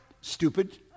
stupid